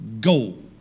gold